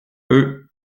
eux